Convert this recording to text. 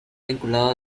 vinculado